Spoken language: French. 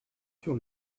sur